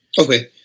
Okay